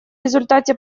результате